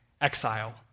Exile